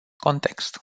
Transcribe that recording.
context